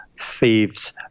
thieves